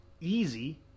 easy